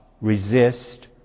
resist